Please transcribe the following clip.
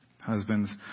Husbands